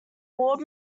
ward